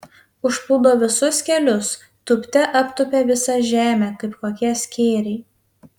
užplūdo visus kelius tūpte aptūpė visą žemę kaip kokie skėriai